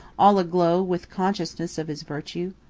all aglow with consciousness of his virtue.